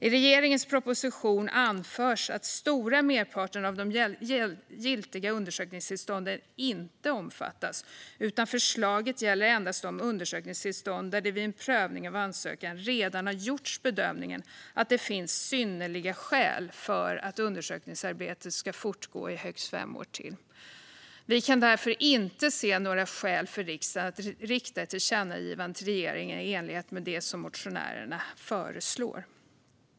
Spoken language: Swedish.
I regeringens proposition anförs att den stora merparten av de giltiga undersökningstillstånden inte omfattas, utan förslaget gäller endast de undersökningstillstånd där det vid prövning av en ansökan redan har gjorts bedömningen att det finns synnerliga skäl för att undersökningsarbete ska få fortgå i högst fem år till. Vi kan därför inte se några skäl för riksdagen att rikta ett tillkännagivande till regeringen i enlighet med det som motionärerna föreslår.